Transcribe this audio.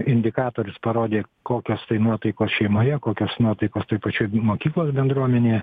indikatorius parodė kokios tai nuotaikos šeimoje kokios nuotaikos toj pačioj mokyklos bendruomenėje